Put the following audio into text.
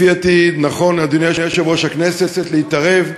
לפי דעתי, אדוני יושב-ראש הכנסת, נכון להתערב.